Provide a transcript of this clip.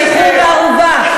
הבהרה שעילות השחרור בערובה,